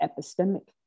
epistemic